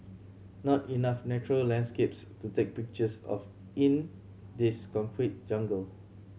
not enough natural landscapes to take pictures of in this concrete jungle